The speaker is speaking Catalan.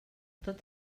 tot